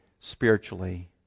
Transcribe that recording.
Spiritually